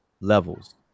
levels